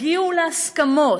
הגיעו להסכמות,